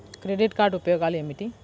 Credit card ఉపయోగాలు ఏమిటి?